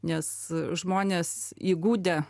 nes žmonės įgudę